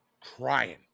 crying